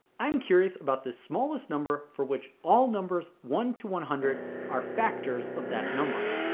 i'm curious about this smallest number for which all numbers one to one hundred are factors of that number.